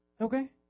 Okay